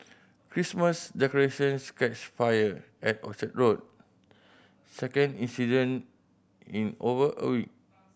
Christmas decorations catch fire at Orchard Road second incident in over